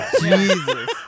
Jesus